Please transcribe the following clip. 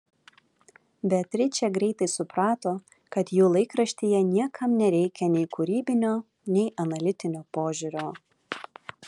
beatričė greitai suprato kad jų laikraštyje niekam nereikia nei kūrybinio nei analitinio požiūrio